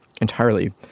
entirely